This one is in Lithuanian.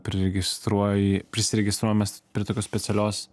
priregistruoji prisiregistruojam mes prie tokios specialios